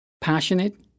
passionate